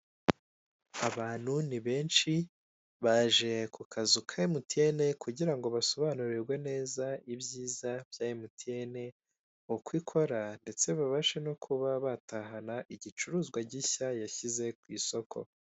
Abantu ni benshi baje ku kazu ka emutiyene kugira ngo basobanurirwe neza ibyiza bya emutiyene, uko ikora ndetse babashe no kuba batahana igicuruzwa gishya yashyize ku isoko.